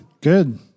Good